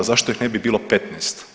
Zašto ih ne bi bilo 15?